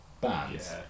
bands